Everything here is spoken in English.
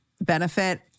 benefit